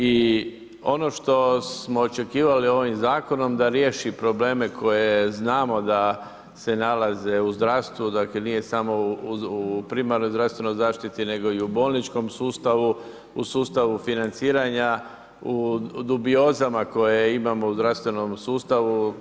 I ono što smo očekivali ovim zakonom da riješi probleme koje znamo da se nalaze u zdravstvu, dakle nije samo u primarnoj zdravstvenoj zaštiti, nego i u bolničkom sustavu, u sustavu financiranja, u dubiozama koje imamo u zdravstvenom sustavu.